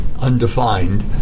undefined